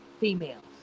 females